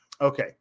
Okay